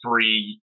three